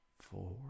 four